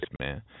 man